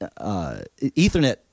Ethernet